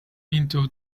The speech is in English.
into